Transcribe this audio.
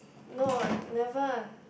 no never